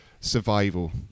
survival